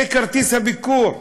זה כרטיס הביקור.